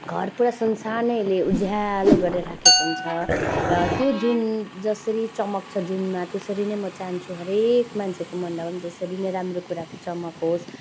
घर पुरा संसार नै यसले उज्यालो गरेर राखेको हुन्छ र त्यो जुन जसरी चमक छ जुनमा त्यसरी नै म चाहन्छु हरेक मान्छेको मनमा पनि त्यसरी नै राम्रो कुराको चमक होस्